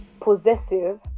possessive